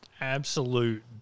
absolute